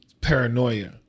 paranoia